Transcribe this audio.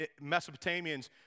Mesopotamians